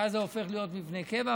שאז זה הופך להיות מבנה קבע,